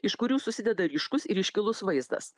iš kurių susideda ryškus ir iškilus vaizdas